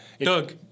Doug